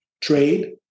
trade